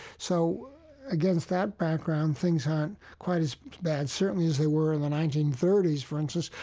so against that background things aren't quite as bad, certainly, as they were in the nineteen thirty s, for instance,